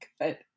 good